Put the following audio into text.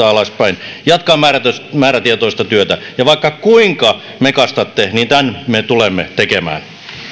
alaspäin jatkaa määrätietoista työtä ja vaikka kuinka mekastatte niin tämän me tulemme tekemään